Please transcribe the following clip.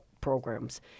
programs